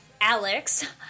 alex